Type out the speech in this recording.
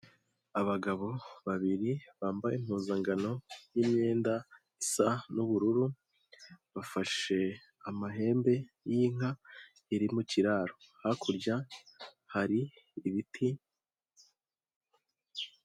Abagabo babiri bambaye impuzankano y'imyenda isa n'ubururu bafashe amahembe y'inka iri mu kiraro hakurya hari ibiti.